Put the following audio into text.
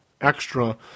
extra